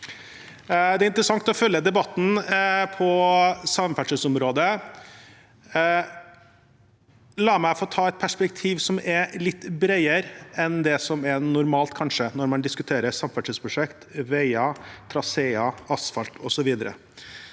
Det er interessant å følge debatten på samferdselsområdet. La meg få ta et perspektiv som er litt bredere enn det som kanskje er normalt når man diskuterer samferdselsprosjekt, veier, traseer, asfalt osv.